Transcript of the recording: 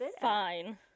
fine